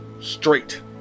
Straight